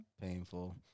painful